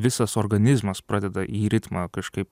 visas organizmas pradeda į ritmą kažkaip